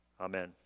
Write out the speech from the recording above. Amen